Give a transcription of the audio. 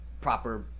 proper